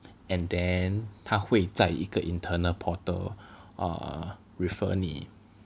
and then 他会在一个 internal portal err refer 你